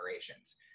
generations